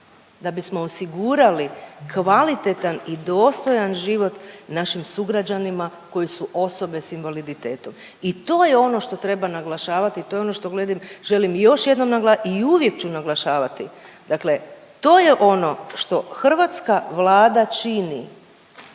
da bismo osigurali kvalitetan i dostojan život našim sugrađanima koji su osobe s invaliditetom. I to je ono što treba naglašavati, to je ono što želim još jednom i uvijek ću naglašavati, dakle to je ono što hrvatska Vlada čini